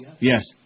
Yes